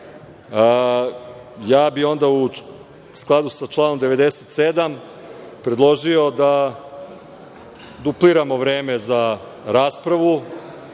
Ja bih onda u skladu sa članom 97. predložio da dupliramo vreme za raspravu